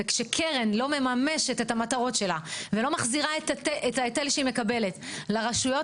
וכשקרן לא מממשת את המטרות שלה ולא מחזירה את ההיטל שהיא מקבלת לרשויות,